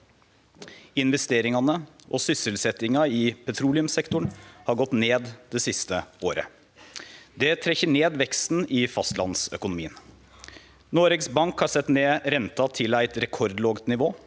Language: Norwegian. Investeringane og sysselsetjinga i petroleumssektoren har gått ned det siste året. Det trekkjer ned veksten i fastlandsøkonomien. Noregs Bank har sett ned renta til eit rekordlågt nivå.